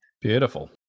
Beautiful